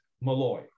Malloy